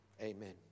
Amen